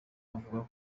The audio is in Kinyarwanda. avuga